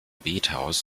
bethaus